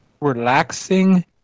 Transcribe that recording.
relaxing